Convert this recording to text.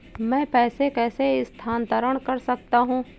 मैं पैसे कैसे स्थानांतरण कर सकता हूँ?